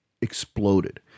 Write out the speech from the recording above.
exploded